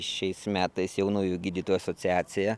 šiais metais jaunųjų gydytojų asociacija